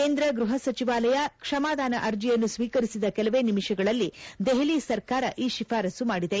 ಕೇಂದ್ರ ಗೃಹ ಸಚಿವಾಲಯ ಕ್ಷಮಾದಾನ ಅರ್ಜಿಯನ್ನು ಸ್ವೀಕರಿಸಿದ ಕೆಲವೇ ನಿಮಿಷಗಳಲ್ಲಿ ದೆಹಲಿ ಸರ್ಕಾರ ಈ ಶಿಫಾರಸು ಮಾಡಿದೆ